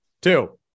Two